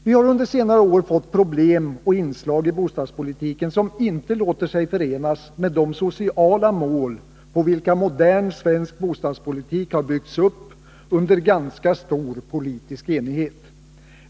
Vi har under senare år fått problem och inslag i bostadspolitiken som inte låter sig förenas med de sociala målsättningar på vilka modern bostadspolitik har byggts upp under ganska stor politisk enighet.